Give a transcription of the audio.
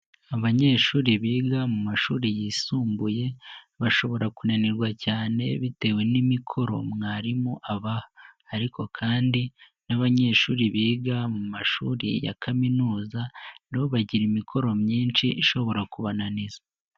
Abanyeshuri biga mu mashuri yisumbuye, bashobora kunanirwa cyane bitewe n'imikoro mwarimu aba, ariko kandi n'abanyeshuri biga mu mashuri ya Kaminuza nabo bagire imikoro myinshi ishobora kubananiza.